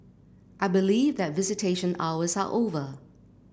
I believe that visitation hours are over